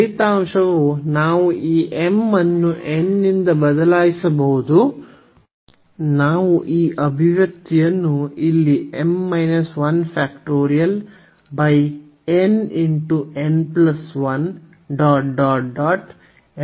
ಫಲಿತಾಂಶವು ನಾವು ಈ m ಅನ್ನು n ನಿಂದ ಬದಲಾಯಿಸಬಹುದು ನಾವು ಈ ಅಭಿವ್ಯಕ್ತಿಯನ್ನು ಇಲ್ಲಿ ನೊಂದಿಗೆ ಪಡೆಯುತ್ತೇವೆ